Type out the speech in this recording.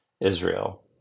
Israel